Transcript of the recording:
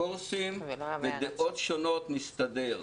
אפיקורסים ודעות שונות מסתבר,